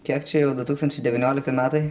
kiek čia jau du tūkstančiai devyniolikti metai